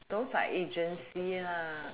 those are agency lah